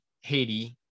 Haiti